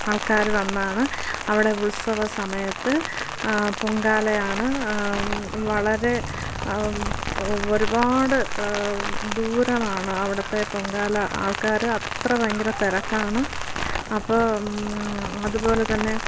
ആൾക്കാർ വന്നാണ് അവിടെ ഉത്സവ സമയത്ത് പൊങ്കാലയാണ് വളരെ ഒരുപാട് ദൂരമാണ് അവിടത്തെ പൊങ്കാല ആൾക്കാർ അത്ര ഭയങ്കര തിരക്കാണ് അപ്പം അതുപോലെ തന്നെ